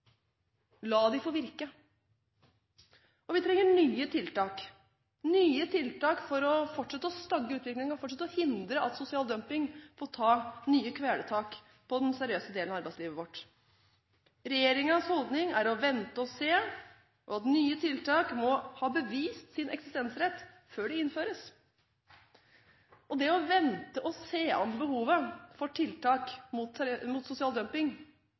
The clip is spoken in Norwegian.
La dem få virke. Vi trenger nye tiltak for å fortsette å stagge utviklingen, fortsette å hindre at sosial dumping får ta nye kvelertak på den seriøse delen av arbeidslivet vårt. Regjeringens holdning er å vente og se, og at nye tiltak må ha bevist sin eksistensrett før de innføres. Det å vente og se an behovet for tiltak mot sosial dumping,